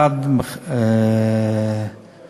אחת שמה